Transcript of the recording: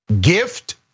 gift